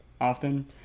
often